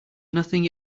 nothing